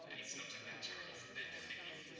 ah it's not a matter of bad faith.